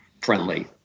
friendly